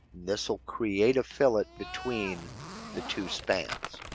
this will create a fillet between the two spans.